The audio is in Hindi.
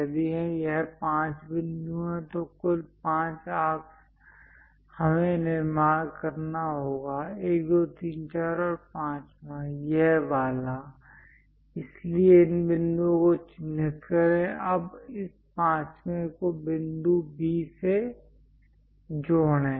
यदि यह 5 बिंदु हैं तो कुल 5 आर्क्स हमें निर्माण करना होगा 1 2 3 4 और 5वां यह वाला इसलिए इन बिंदुओं को चिह्नित करें अब इस 5वां को बिंदु B से जोड़ें